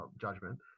judgment